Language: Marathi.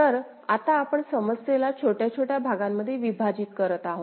तर आता आपण समस्येला छोट्या छोट्या भागांमध्ये विभाजित करत आहोत